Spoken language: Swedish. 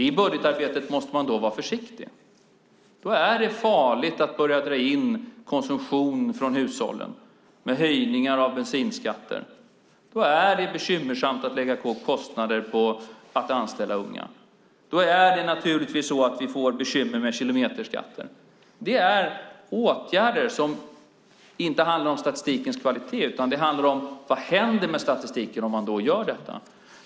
I budgetarbetet måste man då vara försiktig. Då är det farligt att börja dra in konsumtion från hushållen med höjningar av bensinskatten. Då är det bekymmersamt att lägga på kostnader på att anställa unga. Då är det naturligtvis så att vi får bekymmer med kilometerskatter. Det är åtgärder som inte handlar om statistikens kvalitet. Det handlar om: Vad händer med statistiken om man då gör detta?